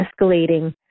escalating